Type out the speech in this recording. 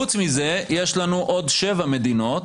חוץ מזה, יש לנו עוד שבע מדינות